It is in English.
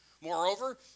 Moreover